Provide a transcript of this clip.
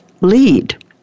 lead